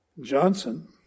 Johnson